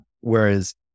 Whereas